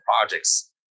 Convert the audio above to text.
projects